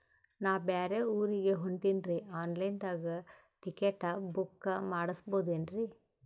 ನಾ ಬ್ಯಾರೆ ಊರಿಗೆ ಹೊಂಟಿನ್ರಿ ಆನ್ ಲೈನ್ ದಾಗ ಟಿಕೆಟ ಬುಕ್ಕ ಮಾಡಸ್ಬೋದೇನ್ರಿ?